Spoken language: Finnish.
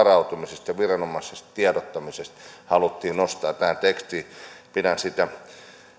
varautumisia ja viranomaistiedottamista haluttiin nostaa tähän tekstiin pidän sitä